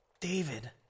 David